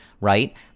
right